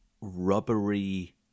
rubbery